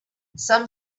some